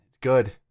Good